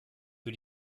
für